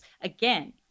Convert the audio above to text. Again